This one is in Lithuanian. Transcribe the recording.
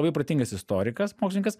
labai protingas istorikas mokslininkas